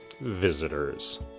visitors